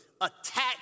attack